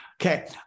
Okay